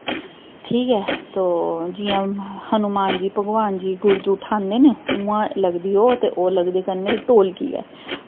ठीक ऐ तो जियां हनुमान जी भगवान जी गुरज उठांदे नी उआं लगदी ओह् ते ओह् लगदे कन्नै ढोलकी ऐ